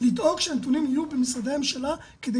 לדאוג שהנתונים יהיו במשרדי הממשלה כדי